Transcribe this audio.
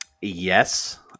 Yes